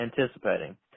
anticipating